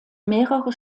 mehrere